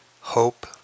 Hope